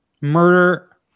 Murder